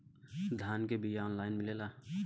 धान के बिया ऑनलाइन मिलेला?